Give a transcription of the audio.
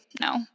No